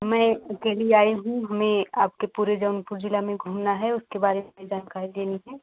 मैं अकेली आई हूँ हमें आपके पूरे जौनपुर ज़िले में घूमना है उसके बारे में जानकारी देनी है